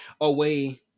away